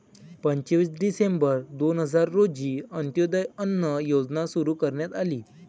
पंचवीस डिसेंबर दोन हजार रोजी अंत्योदय अन्न योजना सुरू करण्यात आली